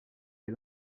est